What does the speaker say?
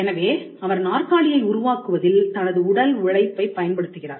எனவே அவர் நாற்காலியை உருவாக்குவதில் தனது உடல் உழைப்பைப் பயன்படுத்துகிறார்